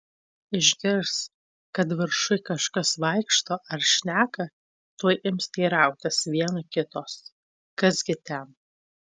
išgirs kad viršuj kažkas vaikšto ar šneka tuoj ims teirautis viena kitos kas gi ten